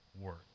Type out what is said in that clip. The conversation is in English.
work